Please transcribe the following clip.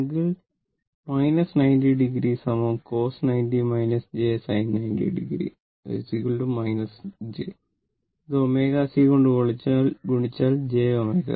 angle 90o cos 90o j sin 90o j ഇത് ω C കൊണ്ട് ഗുണിച്ചാൽ j ωC